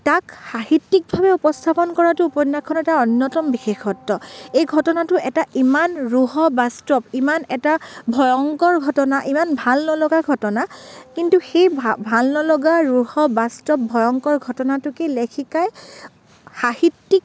তাক সাহিত্যিকভাৱে উপস্থাপন কৰাতো উপন্যাসখনৰ এটা অন্যতম বিশেষত্ব এই ঘটনাটো এটা ইমান ৰূঢ় বাস্তৱ ইমান এটা ভয়ংকৰ ঘটনা ইমান ভাল নলগা ঘটনা কিন্তু সেই ভা ভাল নলগা ৰূঢ় বাস্তৱ ভয়ংকৰ ঘটনাটোকে লেখিকাই সাহিত্যিক